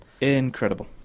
Incredible